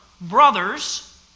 brothers